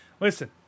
listen